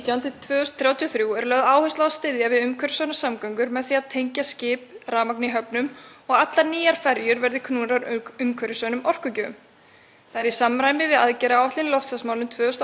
Það er í samræmi við aðgerðaáætlun í loftslagsmálum 2018–2030. Meiri hlutinn leggur áherslu á að tryggja þarf yfirsýn yfir það hverjir koma að slíku verkefni og greina áskoranir og tækifæri sem felast í slíkum verkefnum